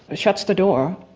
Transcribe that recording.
shuts the door,